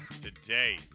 today